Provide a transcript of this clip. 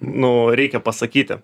nu reikia pasakyti